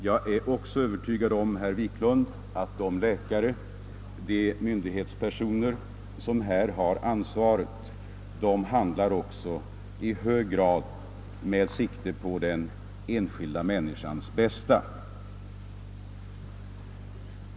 Jag är också övertygad om, herr Wiklund, att de läkare och myndighetspersoner som har ansvaret i hög grad handlar med sikte på den enskilda människans bästa.